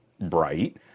bright